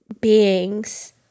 beings